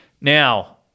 Now